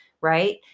right